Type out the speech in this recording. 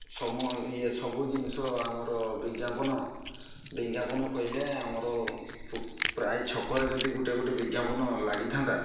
ଇଏ ସବୁ ଜିନିଷ ଆମର ବିଜ୍ଞାପନ ବିଜ୍ଞାପନ କହିଲେ ଆମର ପ୍ରାୟ ଛକରେ ଯଦି ଗୋଟେ ଗୋଟେ ବିଜ୍ଞାପନ ଲାଗିଥାନ୍ତା